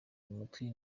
amatwi